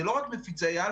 זה לא רק מפיצי העל.